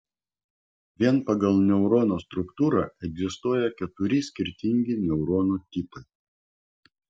vien pagal neurono struktūrą egzistuoja keturi skirtingi neuronų tipai